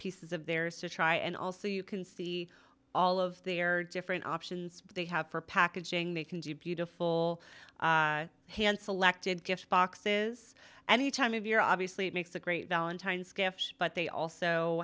pieces of theirs to try and also you can see all of their different options they have for packaging they can do beautiful hand selected gift boxes and he time of year obviously it makes a great valentine's gift but they also